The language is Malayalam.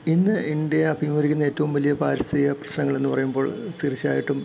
ഇന്ന് ഇന്ത്യ അഭിമുകീകരിക്കുന്ന ഏറ്റവും വലിയ പാരിസ്ഥിക പ്രശ്നങ്ങളെന്ന് പറയുമ്പോൾ തീർച്ചയായിട്ടും